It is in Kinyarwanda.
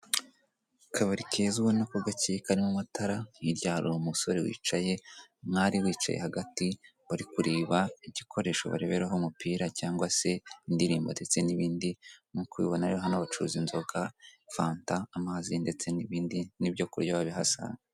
Akabari keza ubona ko gacyeye karimo amatara, hirya har'umusore wicaye, umwari wicaye hagati. Bari kureba igikoresho bareberaho umupira cyangwa se indirimbo ndetde n'ibindi. Nkuko ubibona rero hano bacuruza inzoga, fanta, amazi ndetse n'ibindi, n'ibyo kurya wabihasanga.